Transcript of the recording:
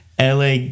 LA